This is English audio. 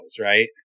right